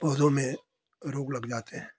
पौधों में रोग लग जाते हैं